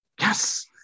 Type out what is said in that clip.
yes